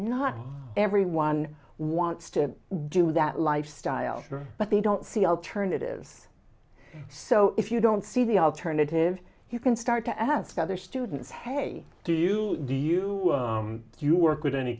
not everyone wants to do that lifestyle but they don't see alternatives so if you don't see the alternative you can start to ask other students hey do you do you do you work with any